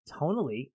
Tonally